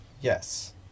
Yes